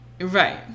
Right